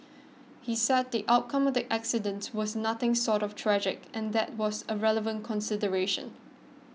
he said the outcome of the accidents was nothing short of tragic and that was a relevant consideration